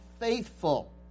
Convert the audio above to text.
faithful